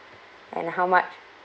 and how much